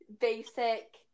basic